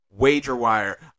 Wagerwire